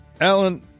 Alan